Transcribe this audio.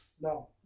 No